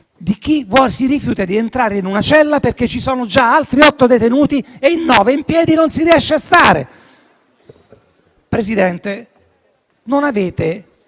di chi si rifiuta di entrare in una cella, perché ci sono già altri otto detenuti e in nove in piedi non si riesce a stare? Presidente, tramite